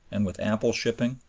and with ample shipping,